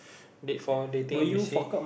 date for dating industry